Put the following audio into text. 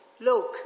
Look